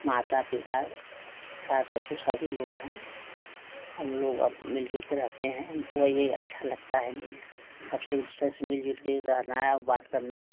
माता पिता सास ससुर सभी लोग हैं हम लोग अपने मिलजुल के रहते हैं हमको ये अच्छा लगता है मिल सबसे अच्छा से मिलजुल के रहना और बात करना